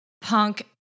punk